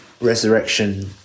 resurrection